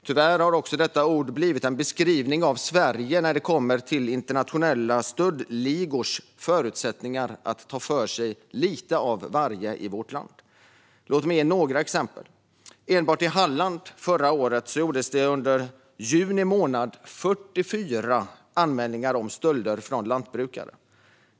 Tyvärr har detta ord också blivit en beskrivning av Sverige när det kommer till internationella stöldligors förutsättningar att ta för sig av lite av varje i vårt land. Låt mig ge några exempel. Enbart i Halland gjordes det under juni månad förra året 44 anmälningar om stölder från lantbrukare.